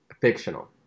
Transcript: Fictional